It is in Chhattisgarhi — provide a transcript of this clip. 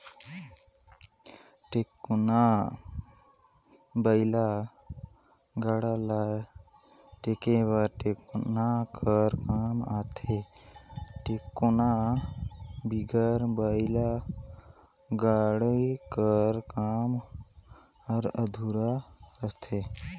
टेकोना बइला गाड़ा ल टेके बर टेकोना कर काम आथे, टेकोना बिगर बइला गाड़ा कर काम हर अधुरा रहथे